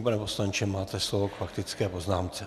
Pane poslanče, máte slovo k faktické poznámce.